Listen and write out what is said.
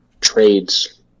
trades